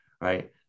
right